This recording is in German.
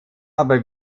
aber